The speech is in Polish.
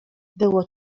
było